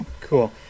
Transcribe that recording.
cool